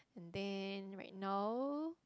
and then right now